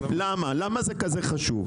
למה, למה זה כזה חשוב?